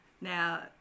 Now